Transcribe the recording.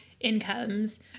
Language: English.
incomes